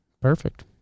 Perfect